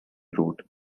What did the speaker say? route